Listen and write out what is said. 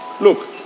Look